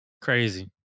crazy